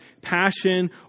passion